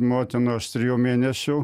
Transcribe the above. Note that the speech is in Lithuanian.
motinos trijų mėnesių